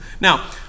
Now